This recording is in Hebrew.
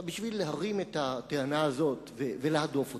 כדי להרים את הטענה הזאת ולהדוף אותה,